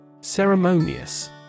Ceremonious